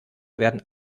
werden